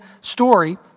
story